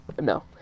no